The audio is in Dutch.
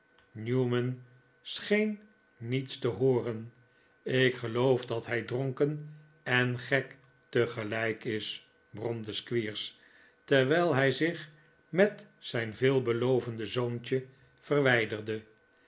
newman scheen niets te hooren ik geloof dat hij dronken en gek tegelijk is bromde squeers terwijl hij zich met zijn veelbelovende zoontje verwijderde